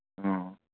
ꯑꯣ